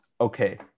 okay